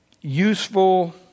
useful